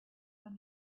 than